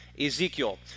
Ezekiel